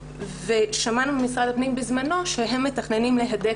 שמענו ממשרד הפנים בזמנו שהם מתכננים להדק